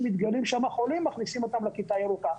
מתגלים שם חולים מכניסים אותם לכיתה הירוקה.